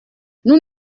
nous